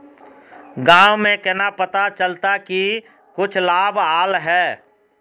गाँव में केना पता चलता की कुछ लाभ आल है?